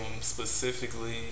specifically